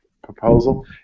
Proposal